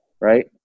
right